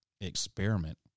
experiment